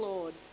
Lord